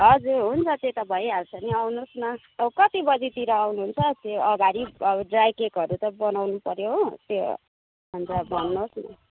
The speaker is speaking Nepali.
हजुर हुन्छ त्यो त भइहाल्छ नि आउनुहोस् न कति बजीतिर आउनुहुन्छ त्यो अगाडि अब ड्राई केकहरू त बनाउनु पऱ्यो हो त्यो अन्त भन्नुहोस् न